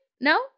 No